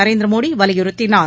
நரேந்திரமோடி வலியுறுத்தினார்